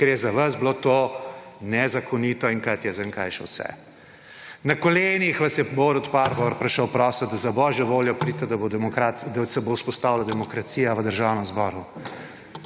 Ker je za vas bilo to nezakonito in kaj ti jaz vem kaj še vse. Na kolenih vas je Borut Pahor prišel prositi, da za božjo voljo pridite, da se bo vzpostavila demokracija v Državnem zboru.